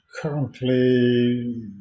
currently